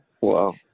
Wow